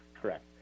correct